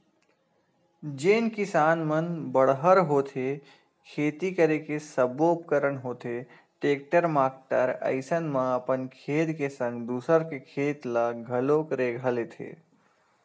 जेन किसान मन बड़हर होथे खेती करे के सब्बो उपकरन होथे टेक्टर माक्टर अइसन म अपन खेत के संग दूसर के खेत ल घलोक रेगहा लेथे